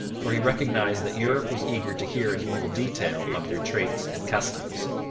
for he recognized that europe was eager to hear in full detail of their traits and customs.